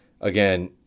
again